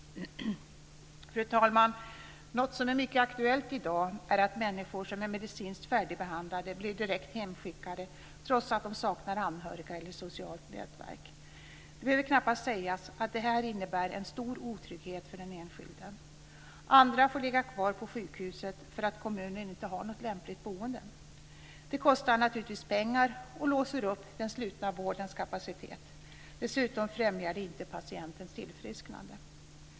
Fru talman! Något som är mycket aktuellt i dag är att människor som är medicinskt färdigbehandlade blir direkt hemskickade trots att de saknar anhöriga eller ett socialt nätverk. Det behöver knappast sägas att det här innebär en stor otrygghet för den enskilde. Andra får ligga kvar på sjukhuset för att kommunen inte har något lämpligt boende. Detta kostar naturligtvis pengar och låser upp den slutna vårdens kapacitet. Dessutom främjar det inte patientens tillfrisknande.